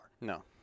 No